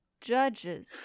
judges